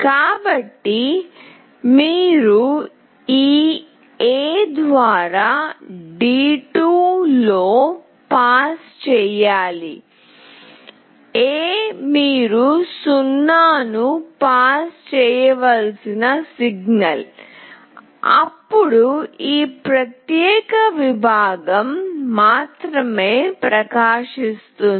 కాబట్టి మీరు ఈ A ద్వారా D2 లో పాస్ చేయాలి A మీరు 0 ను పాస్ చేయవలసిన సిగ్నల్ అప్పుడు ఈ ప్రత్యేక విభాగం మాత్రమే ప్రకాశిస్తుంది